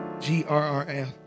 G-R-R-F